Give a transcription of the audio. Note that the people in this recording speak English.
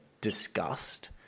discussed